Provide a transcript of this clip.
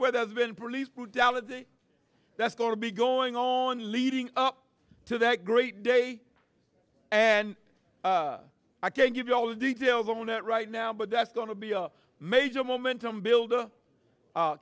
where there's been police brutality that's going to be going on leading up to that great day and i can't give you all the details on it right now but that's going to be a major momentum builder